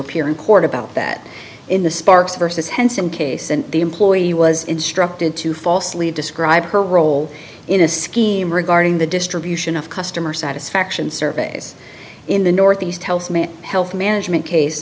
appear in court about that in the sparks versus henson case and the employee was instructed to falsely describe her role in a scheme regarding the distribution of customer satisfaction surveys in the northeast health health management case